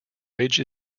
ridge